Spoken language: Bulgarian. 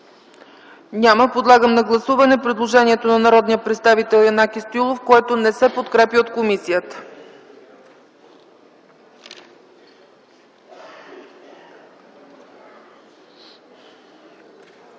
Няма. Подлагам на гласуване предложението на народния представител Янаки Стоилов, което не се подкрепя от комисията.